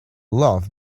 love